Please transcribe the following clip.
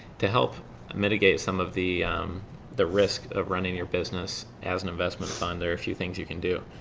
to help mitigate some of the the risks of running your business as an investment fund there are a few things you can do.